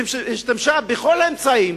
והיא השתמשה בכל האמצעים,